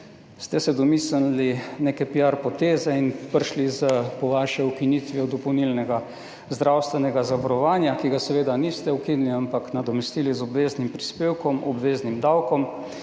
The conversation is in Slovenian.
ste se domislili neke piar poteze in prišli s, po vaše, ukinitvijo dopolnilnega zdravstvenega zavarovanja, ki ga seveda niste ukinili, ampak nadomestili z obveznim prispevkom, obveznim davkom.